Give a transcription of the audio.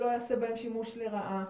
שלא ייעשה בהם שימוש לרעה?